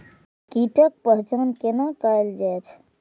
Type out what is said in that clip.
कीटक पहचान कैना कायल जैछ?